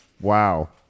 Wow